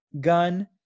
gun